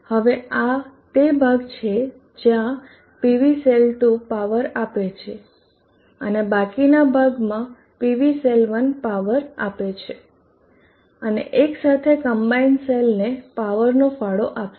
હવે આ તે ભાગ છે જ્યાં PV સેલ 2 પાવર આપે છે અને બાકીના ભાગમાં PV સેલ 1 પાવર આપે છે અને એકસાથે કમ્બાઈન્ડ સેલને પાવરનો ફાળો આપશે